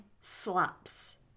slaps